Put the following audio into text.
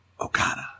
Okada